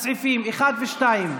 הסעיפים, 1 ו-2,